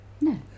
No